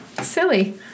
Silly